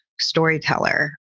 storyteller